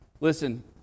Listen